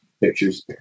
pictures